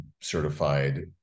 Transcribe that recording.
certified